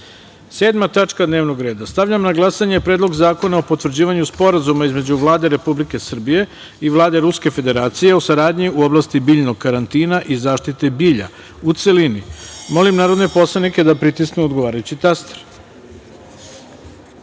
zakona. Tačka 7. dnevnog reda. Stavljam na glasanje Predlog zakona o potvrđivanju Sporazuma između Vlade Republike Srbije i Vlade Ruske Federacije o saradnji u oblasti biljno karantina i zaštite bilja, u celini. Molim narodne poslanike da pritisnu odgovarajući